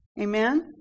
Amen